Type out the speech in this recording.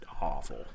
awful